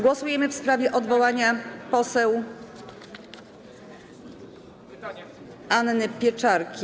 Głosujemy w sprawie odwołania poseł Anny Pieczarki.